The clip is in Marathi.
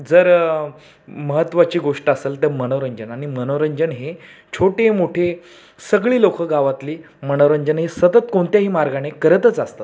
जर महत्त्वाची गोष्ट असेल तर मनोरंजन आणि मनोरंजन हे छोटे मोठे सगळी लोकं गावातली मनोरंजन हे सतत कोणत्याही मार्गाने करतच असतात